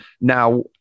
Now